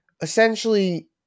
essentially